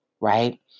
right